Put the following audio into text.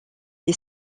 les